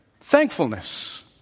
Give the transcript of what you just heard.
thankfulness